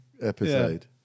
episode